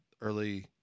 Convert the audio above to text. early